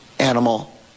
animal